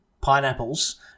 pineapples